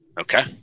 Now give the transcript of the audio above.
okay